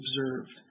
observed